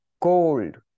cold